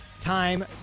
time